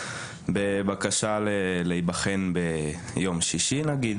בבקשה להיבחן ביום ששי נניח,